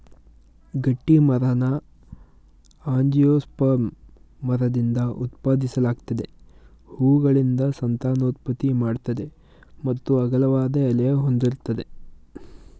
ಗಟ್ಟಿಮರನ angiosperm ಮರದಿಂದ ಉತ್ಪಾದಿಸಲಾಗ್ತದೆ ಹೂವುಗಳಿಂದ ಸಂತಾನೋತ್ಪತ್ತಿ ಮಾಡ್ತದೆ ಮತ್ತು ಅಗಲವಾದ ಎಲೆ ಹೊಂದಿರ್ತದೆ